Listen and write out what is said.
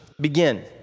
begin